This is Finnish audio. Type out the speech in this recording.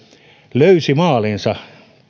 löysi maaliinsa